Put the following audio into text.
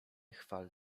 chwal